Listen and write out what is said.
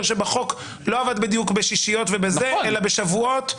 שבחוק לא עבד בדיוק בשישיות אלא בשבועות.